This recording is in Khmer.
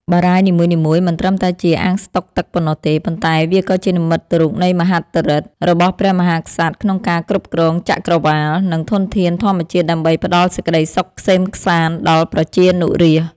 បារាយណ៍នីមួយៗមិនត្រឹមតែជាអាងស្តុកទឹកប៉ុណ្ណោះទេ ប៉ុន្តែវាក៏ជានិមិត្តរូបនៃមហិទ្ធិឫទ្ធិរបស់ព្រះមហាក្សត្រក្នុងការគ្រប់គ្រងចក្រវាល និងធនធានធម្មជាតិដើម្បីផ្ដល់សេចក្តីសុខក្សេមក្សាន្តដល់ប្រជានុរាស្ត្រ។